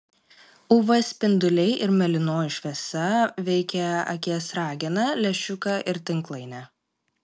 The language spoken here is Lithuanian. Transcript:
uv spinduliai ir mėlynoji šviesa veikia akies rageną lęšiuką ir tinklainę